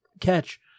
catch